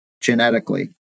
genetically